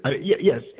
Yes